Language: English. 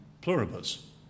pluribus